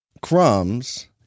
crumbs